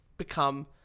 become